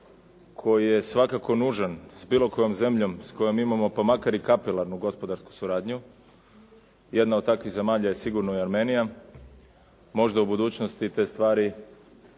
koji je svakako nužan s bilo kojom zemljom s kojom imamo pa makar i kapilarnu gospodarsku suradnju, jedna od tih zemalja je sigurno Armenija, možda u budućnosti te stvari